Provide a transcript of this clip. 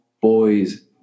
boys